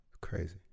Crazy